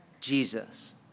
Jesus